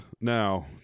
Now